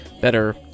better